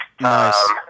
Nice